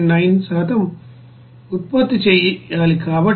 9 ఉత్పత్తి చేయాలి కాబట్టి